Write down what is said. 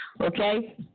okay